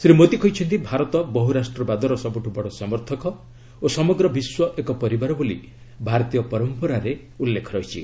ଶ୍ରୀ ମୋଦୀ କହିଛନ୍ତି ଭାରତ ବହୁ ରାଷ୍ଟ୍ରବାଦର ସବୁଠୁ ବଡ଼ ସମର୍ଥକ ଓ ସମଗ୍ର ବିଶ୍ୱ ଏକ ପରିବାର ବୋଲି ଭାରତୀୟ ପରମ୍ପରାରେ ଉଲ୍ଲେଖ ରହିଛି